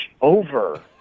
over